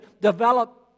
develop